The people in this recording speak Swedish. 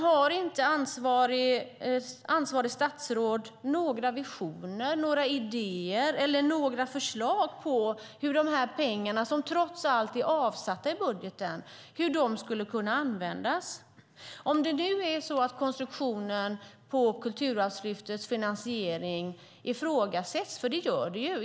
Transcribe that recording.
Har inte ansvarigt statsråd några visioner, idéer eller förslag på hur pengarna, som trots allt är avsatta i budgeten, kan användas? Konstruktionen på Kulturarvslyftets finansiering ifrågasätts.